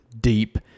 deep